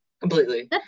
completely